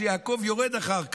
שיעקב יורד אחר כך.